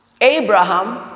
Abraham